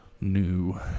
new